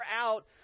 out